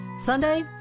Sunday